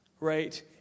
right